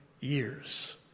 years